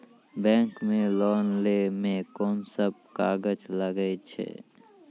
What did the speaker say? Bank मे loan लै मे कोन सब कागज लागै छै?